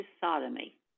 Sodomy